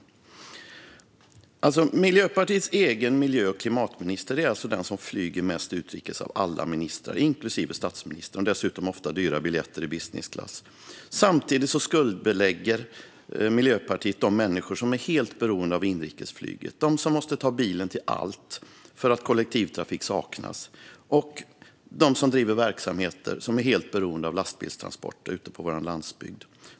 Miljöpartiets egen miljö och klimatminister flyger mest utrikes av alla ministrar, inklusive statsministern. Dessutom har hon ofta dyra biljetter i business class. Samtidigt skuldbelägger Miljöpartiet de människor som är helt beroende av inrikesflyget, dem som måste ta bilen till allt för att kollektivtrafik saknas och dem som driver verksamheter på vår landsbygd och som är helt beroende av lastbilstransporter.